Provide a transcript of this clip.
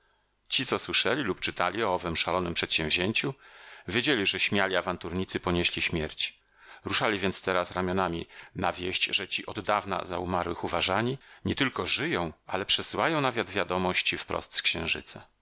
ci co słyszeli lub czytali o owem szalonem przedsięwzięciu wiedzieli że śmiali awanturnicy ponieśli śmierć ruszali więc teraz ramionami na wieść że ci od dawna za umarłych uważani nietylko żyją ale przysyłają nawet wiadomości wprost z księżyca